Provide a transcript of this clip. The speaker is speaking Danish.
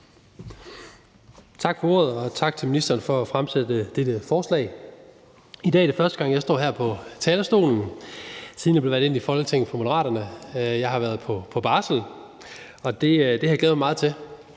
Tak for ordet, og tak til ministeren for at fremsætte dette forslag. I dag er det første gang, jeg står her på talerstolen, siden jeg blev valgt ind i Folketinget for Moderaterne. Jeg har været på barsel, men jeg har glædet mig meget til